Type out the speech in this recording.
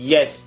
Yes